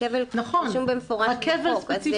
רכבל רשום במפורש בחוק.